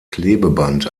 klebeband